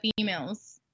females